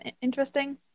interesting